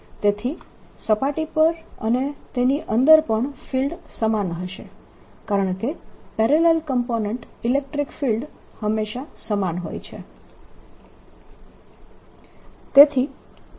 તેથી સપાટી પર અને તેની અંદર પણ ફિલ્ડ સમાન હશે કારણકે પેરેલલ કોમ્પોનેન્ટ ઇલેક્ટ્રીક ફિલ્ડ હંમેશા સમાન હોય છે